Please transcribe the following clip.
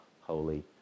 holy